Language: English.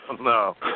no